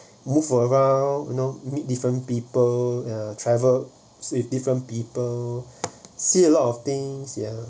ya forever you know meet different people uh travel if different people see a lot of things ya